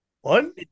One